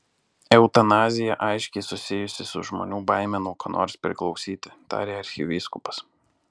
eutanazija aiškiai susijusi su žmonių baime nuo ko nors priklausyti tarė arkivyskupas